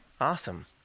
Awesome